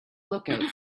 lookout